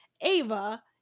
Ava